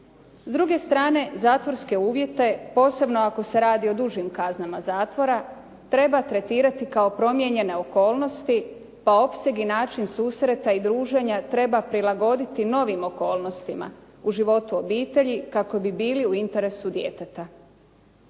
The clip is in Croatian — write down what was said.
S druge strane, zatvorske uvjete, posebno ako se radi o dužim kaznama zatvora, treba tretirati kao promijenjene okolnosti pa opseg i način susreta i druženja treba prilagoditi novim okolnostima u životu obitelji kako bi bili u interesu djeteta.